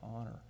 honor